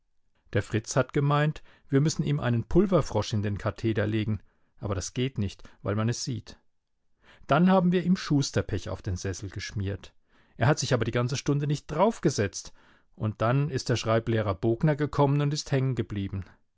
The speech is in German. der fritz hat gemeint wir müssen ihm einen pulverfrosch in den katheder legen aber das geht nicht weil man es sieht dann haben wir ihm schusterpech auf den sessel geschmiert er hat sich aber die ganze stunde nicht daraufgesetzt und dann ist der schreiblehrer bogner gekommen und ist